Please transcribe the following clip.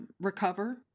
recover